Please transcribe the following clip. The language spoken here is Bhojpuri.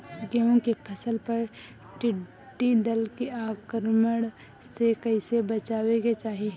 गेहुँ के फसल पर टिड्डी दल के आक्रमण से कईसे बचावे के चाही?